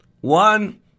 One